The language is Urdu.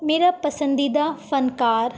میرا پسندیدہ فنکار